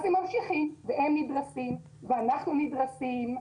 הם נדרסים ואנחנו נדרסים.